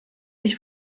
ich